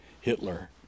Hitler